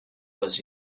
was